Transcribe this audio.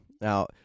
Now